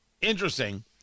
interesting